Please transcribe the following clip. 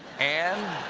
and,